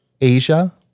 Asia